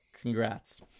Congrats